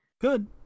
Good